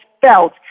felt